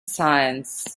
science